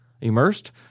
immersed